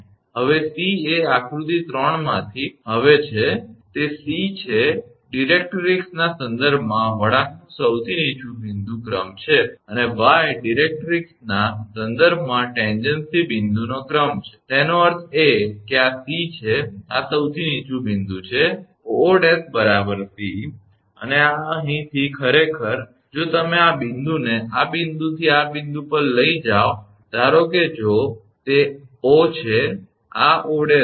હવે 𝑐 એ આકૃતિ 3 માંથી હવે છે તે 𝑐 છે ડિરેક્ટ્રિક્સના સંદર્ભમાં વળાંકનું સૌથી નીચું બિંદુ ક્રમ છે અને 𝑦 ડિરેક્ટ્રિક્સના સંદર્ભમાં ટેનજ્ન્સી બિંદુનો ક્રમ છે તેનો અર્થ એ કે આ 𝑐 છે આ સૌથી નીચું બિંદુ છે 𝑂𝑂′ 𝑐 અને આ અહીંથી ખરેખર જો તમે આ બિંદુને આ બિંદુથી આ બિંદુ પર લઈ જાઓ ધારો કે જો તે 𝑂 છે આ 𝑂′ છે